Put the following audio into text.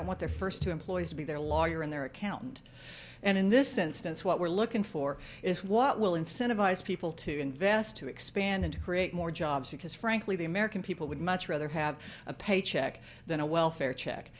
don't want their first two employees to be their lawyer in their accountant and in this instance what we're looking for is what will incentivize people to invest to expand and create more jobs because frankly the american people would much rather have a paycheck than a welfare check